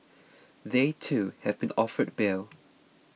they too have been offered bail